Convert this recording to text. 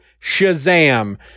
shazam